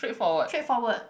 straightforward